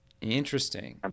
Interesting